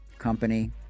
company